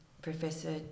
Professor